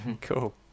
Cool